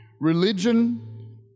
Religion